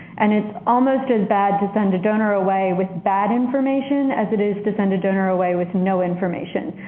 and it's almost as bad to send a donor away with bad information as it is to send a donor away with no information.